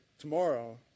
tomorrow